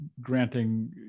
granting